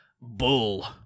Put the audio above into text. Bull